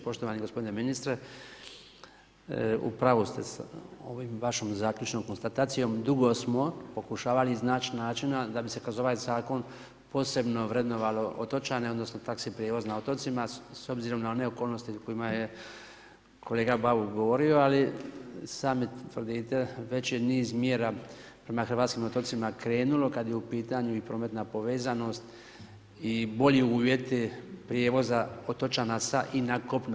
Poštovani gospodine ministre, u pravu ste s ovom vašom zaključnom konstatacijom, dugo smo pokušavali iznaći način da bi se kroz ovaj zakon posebno vrednovalo otočane odnosno taxi prijevoz na otocima s obzirom na one okolnosti o kojima je kolega Bauk govorio, ali sami tvrdite, već je niz mjera prema hrvatskim otocima krenulo kad je u pitanju i prometna povezanost i bolji uvjeti prijevoza otočana sa i na kopnu.